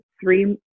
three